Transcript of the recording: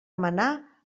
manar